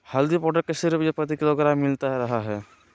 हल्दी पाउडर कैसे रुपए प्रति किलोग्राम मिलता रहा है?